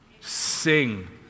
Sing